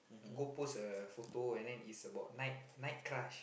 go post a photo and then it's about night night crush